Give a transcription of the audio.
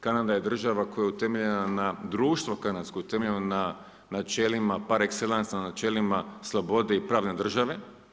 Kanada je država koja je utemeljena na društvo kanadsko, utemeljeno na načelima par exellance, načelima slobode i pravne države.